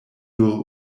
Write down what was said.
nur